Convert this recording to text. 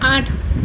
આઠ